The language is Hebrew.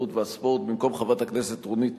התרבות והספורט במקום חברת הכנסת רונית